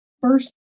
first